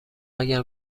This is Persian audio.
اگر